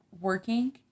working